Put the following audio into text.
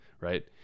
right